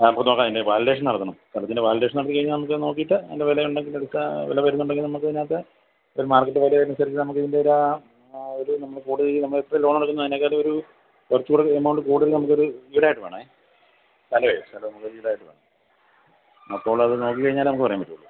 അപ്പോൾ നോക്കാം അതിൻ്റെ വാലിഡേഷൻ നടത്തണം സ്ഥലത്തിൻ്റെ വാലിഡേഷൻ നടത്തി കഴിഞ്ഞാൽ നമുക്ക് നോക്കിയിട്ട് അതിൻ്റെ വിലയുണ്ടെങ്കിൽ എടുക്കാം വില വരുന്നുണ്ടെങ്കിൽ നമുക്ക് ഇതിനകത്ത് ഒരു മാർക്കറ്റ് വിലയനുസരിച്ച് നമുക്കിതിൻ്റെ ഒരു ഒരു നമ്മൾ കൂടുതൽ നമ്മൾ എപ്പോൾ ലോൺ എടുക്കുന്നു അതിനേക്കാൾ ഒരു കുറച്ചുകൂടി എമൗണ്ട് കൂടുതൽ നമുക്കൊരു ഈടായിട്ട് വേണം സ്ഥലം സ്ഥലം ഈടായിട്ട് വേണം അപ്പോൾ അത് നോക്കി കഴിഞ്ഞാലേ നമുക്ക് പറയാൻ പറ്റുകയുള്ളു